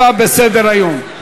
7 בסדר-היום: